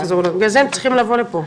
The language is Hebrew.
בגלל זה הם צריכים להגיע לפה.